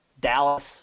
Dallas